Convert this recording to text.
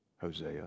Hosea